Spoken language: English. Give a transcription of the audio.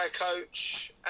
coach